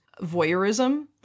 voyeurism